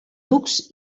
ducs